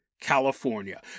California